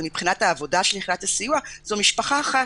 אבל מבחינת העבודה של יחידת הסיוע, זאת משפחה אחת.